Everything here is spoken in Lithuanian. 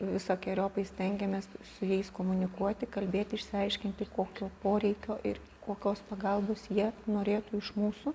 visokeriopai stengiamės su jais komunikuoti kalbėti išsiaiškinti kokio poreikio ir kokios pagalbos jie norėtų iš mūsų